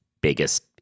biggest